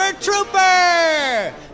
Trooper